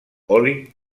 holly